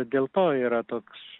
dėlto yra toks